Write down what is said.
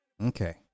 Okay